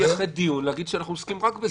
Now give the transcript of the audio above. או לייחד דיון, להגיד שאנחנו עוסקים רק בזה.